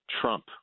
Trump